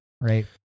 right